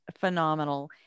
phenomenal